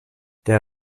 der